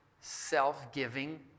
self-giving